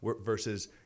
versus